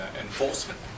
enforcement